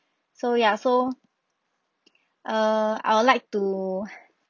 so ya so err I would like to